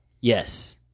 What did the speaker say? Yes